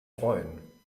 freuen